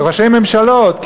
ראשי ממשלות,